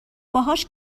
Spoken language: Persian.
باهاش